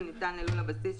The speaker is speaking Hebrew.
אני לא רוצה להגביל.